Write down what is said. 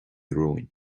romhainn